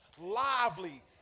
lively